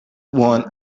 one